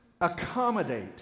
accommodate